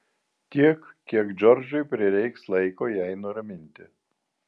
tiek kiek džordžui prireiks laiko jai nuraminti